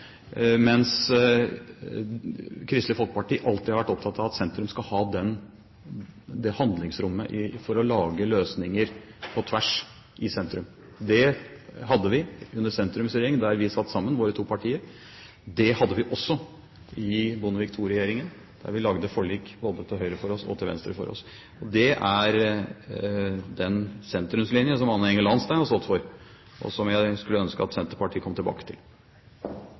mens Kristelig Folkeparti alltid har vært opptatt av at sentrum skal ha handlingsrom for å lage løsninger på tvers i sentrum. Det hadde vi under sentrumsregjeringen, der våre to partier satt sammen. Det hadde vi også i Bondevik II-regjeringen, der vi lagde forlik både til høyre for oss og til venstre for oss. Det er den sentrumslinje som Anne Enger Lahnstein har stått for, og som jeg skulle ønske at Senterpartiet kom tilbake til.